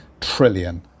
trillion